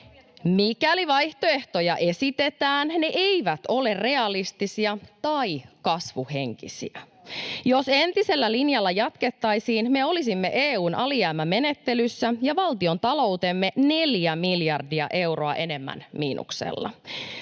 on tulossa!] esitetään, ne eivät ole realistisia tai kasvuhenkisiä. Jos entisellä linjalla jatkettaisiin, me olisimme EU:n alijäämämenettelyssä ja valtiontaloutemme neljä miljardia euroa enemmän miinuksella.